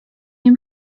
nie